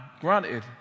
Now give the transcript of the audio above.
granted